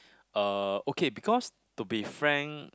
uh okay because to be frank